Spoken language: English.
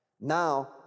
Now